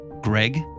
Greg